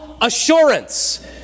assurance